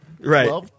right